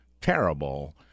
terrible